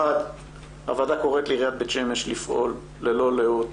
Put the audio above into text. הוועדה קוראת לעיריית בית שמש לפעול ללא לאות